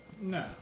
No